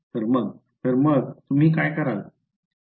तर मग तर मग तुम्ही काय कराल